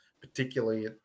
particularly